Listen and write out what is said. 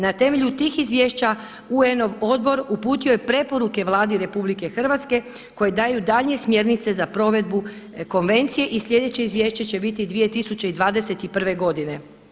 Na temelju tih izvješća UN odbor uputio je preporuke Vladi RH koje daju daljnje smjernice za provedbu konvencije i sljedeće izvješće će biti 2021. godine.